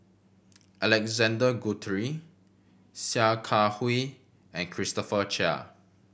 Alexander Guthrie Sia Kah Hui and Christopher Chia